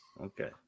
Okay